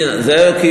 זאת השאלה: למה?